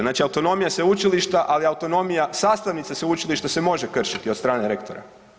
Znači autonomija sveučilišta, ali autonomija sastavnica sveučilišta se može kršiti od strane rektora.